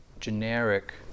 generic